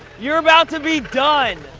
you're about to be done!